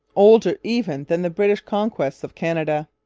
older even than the british conquest of canada.